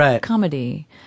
comedy